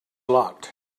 locked